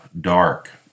dark